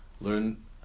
learn